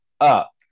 up